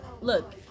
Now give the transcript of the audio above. Look